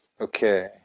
okay